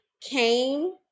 came